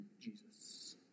Jesus